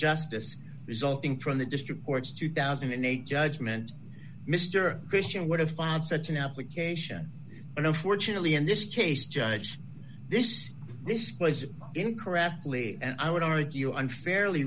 justice resulting from the district court's two thousand and eight judgment mr fisher would have filed such an application and unfortunately in this case judge this this place incorrectly and i would argue unfairly